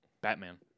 Batman